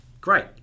Great